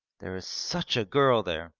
there is such a girl there.